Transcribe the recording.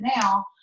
now